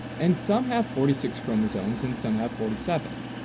and some have forty six chromosomes and some have forty seven.